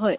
हय